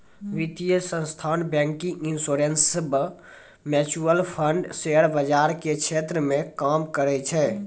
वित्तीय संस्थान banking insurance mutual fund share बाजार के क्षेत्र मे काम करै छै